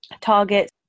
targets